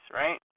right